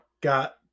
got